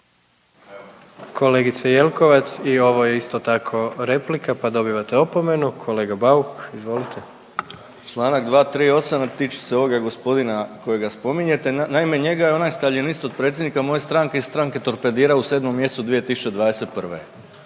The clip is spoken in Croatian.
Kolegice Jelkovac i ovo je isto tako replika, pa dobivate opomenu. Kolega Bauk, izvolite. **Bauk, Arsen (SDP)** Čl. 238., a tiče se ovoga gospodina kojega spominjete. Naime, njega je onaj staljinist od predsjednika moje stranke iz stranke torpedirao u 7. mjesecu 2021.,